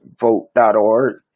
vote.org